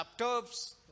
laptops